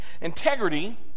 Integrity